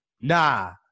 Nah